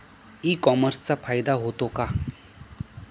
E कॉमर्सचा फायदा होतो का?